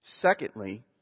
Secondly